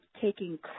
taking